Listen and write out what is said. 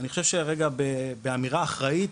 אני חושב שבאמירה אחראית,